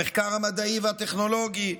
המחקר המדעי והטכנולוגי,